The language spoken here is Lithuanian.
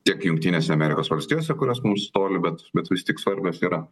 tiek jungtinėse amerikos valstijose kurios mums toli bet bet vis tik svarbios yra